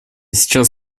сейчас